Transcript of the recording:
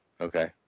Okay